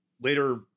Later